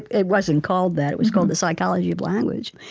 it wasn't called that it was called the psychology of language.